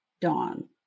Dawn